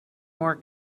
more